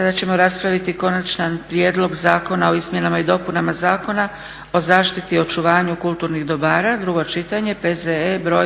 **Leko, Josip (SDP)** Konačni prijedlog zakona o izmjenama i dopunama Zakona o zaštiti i očuvanju kulturnih dobara, drugo čitanje, P.Z.E. br.